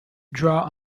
draw